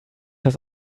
das